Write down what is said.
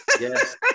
yes